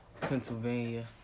Pennsylvania